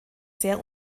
sehr